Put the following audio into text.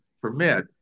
permit